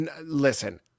Listen